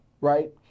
right